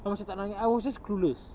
I macam tak nangis I was just clueless